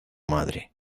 madre